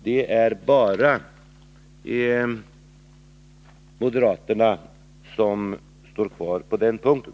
Det är bara moderaterna som står kvar på den ståndpunkten.